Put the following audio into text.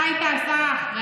אתה היית השר האחראי.